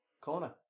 corner